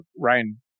Ryan